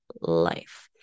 life